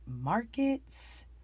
markets